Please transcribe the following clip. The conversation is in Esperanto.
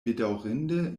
bedaŭrinde